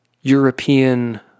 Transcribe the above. European